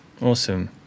awesome